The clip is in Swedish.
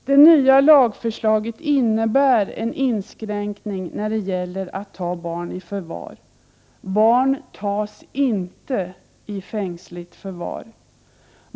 Det nya lagförslaget innebär en inskränkning när det gäller att ta barn i förvar. Barn tas inte i fängsligt förvar.